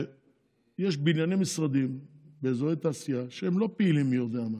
יש בנייני משרדים באזורי תעשייה שהם לא פעילים מי-יודע-מה,